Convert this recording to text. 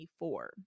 24